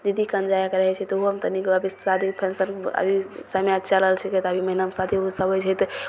दीदी कन जाइके रहै छै तऽ ओहोमे तनि गो अभी सादी फन्क्शन अभी समय चलल छिकै तऽ अभी महिनामे शादी ओसब होइ छै तऽ